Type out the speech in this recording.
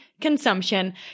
consumption